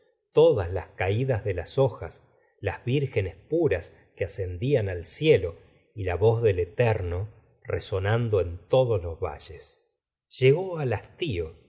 todas las caídas de las hojas las virgenes puras que ascendían al cielo y la voz del eterno resonando en todos los valles llegó al hastío no